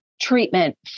treatment